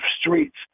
streets